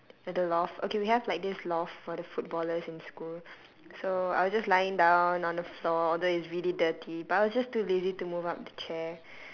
at the loft okay we have like this loft for the footballers in school so I was just lying down on the floor although it's really dirty but I was just too lazy to move up the chair